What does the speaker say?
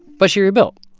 but she rebuilt.